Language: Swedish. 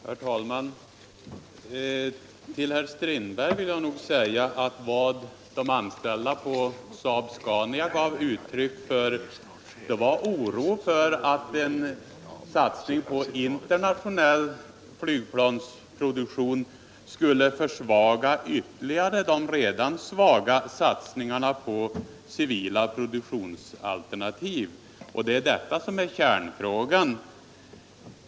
Herr talman! Till herr Strindberg vill jag säga att vad de anställda på SAAB-SCANIA gav uttryck åt var oro för att en satsning på internationell flygplansproduktion skulle ytterligare försvaga de redan svaga satsningarna på civila produktionsalternativ. Det är detta som är kärnpunkten.